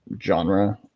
genre